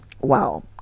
Wow